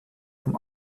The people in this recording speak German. vom